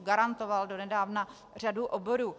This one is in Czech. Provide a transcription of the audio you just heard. Garantoval donedávna řadu oborů.